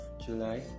July